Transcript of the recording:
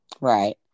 Right